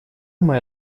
моя